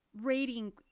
reading